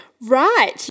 Right